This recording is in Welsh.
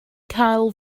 cael